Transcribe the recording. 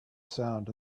sound